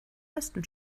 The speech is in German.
besten